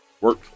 work